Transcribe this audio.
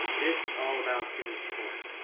this is all about student supports.